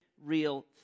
real